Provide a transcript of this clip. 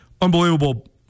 unbelievable